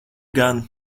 gan